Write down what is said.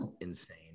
insane